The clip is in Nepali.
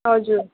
हजुर